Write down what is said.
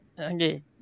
okay